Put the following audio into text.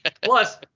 Plus